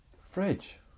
Fridge